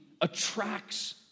attracts